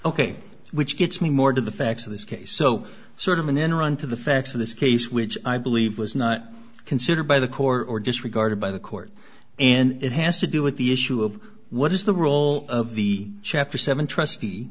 ok which gets me more to the facts of this case so sort of an interim to the facts of this case which i believe was not considered by the court or disregarded by the court and it has to do with the issue of what is the rule of the chapter seven trust